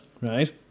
right